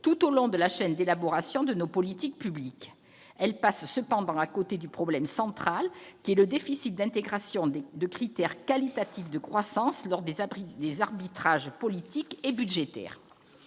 tout au long de la chaîne d'élaboration de nos politiques publiques. Elles passent cependant à côté du problème central, à savoir le déficit d'intégration de critères qualitatifs de croissance lors des arbitrages politiques et budgétaires.